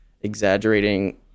exaggerating